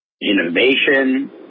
Innovation